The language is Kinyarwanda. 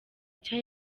nshya